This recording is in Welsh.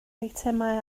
eitemau